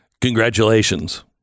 Congratulations